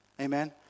Amen